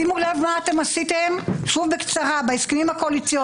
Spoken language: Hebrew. שימו לב מה אתם עשיתם בהסכמים הקואליציוניים.